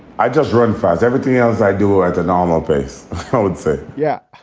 i just run faster. everything else i do at the normal pace, i would say yeah,